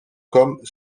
comme